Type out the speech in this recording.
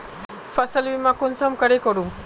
फसल बीमा कुंसम करे करूम?